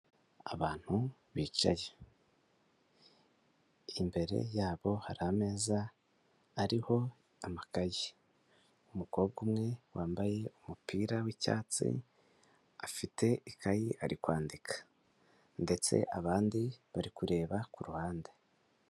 Abantu bicaye imbere yabo hari ameza ariho amakaye, umukobwa umwe wambaye umupira w'icyatsi, afite ikayi ari kwandika ndetse abandi bari kureba ku ruhande.